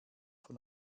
von